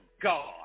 God